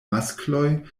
maskloj